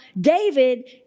David